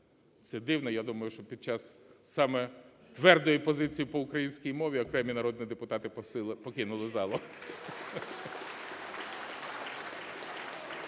Це дивно, я думаю, що під час саме твердої позиції по українській мові окремі народні депутати покинули залу.